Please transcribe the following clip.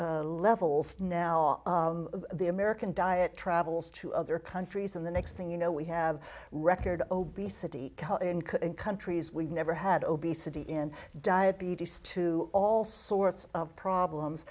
huge levels now the american diet travels to other countries and the next thing you know we have record obesity in countries we've never had obesity in diabetes to all sorts of problems